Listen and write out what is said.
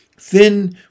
Thin